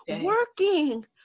working